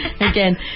Again